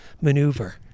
maneuver